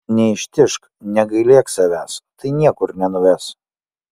neištižk negailėk savęs tai niekur nenuves